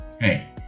hey